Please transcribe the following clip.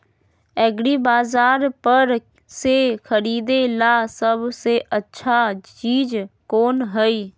एग्रिबाजार पर से खरीदे ला सबसे अच्छा चीज कोन हई?